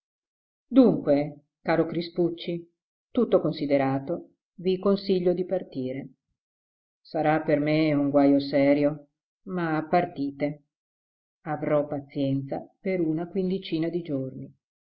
dunque caro crispucci tutto considerato vi consiglio di partire sarà per me un guajo serio ma partite avrò pazienza per una quindicina di giorni